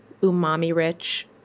umami-rich